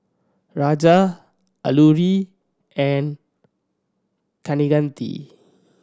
Raja Alluri and Kaneganti